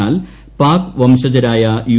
എന്നാൽ പാക് വംശജരായ യു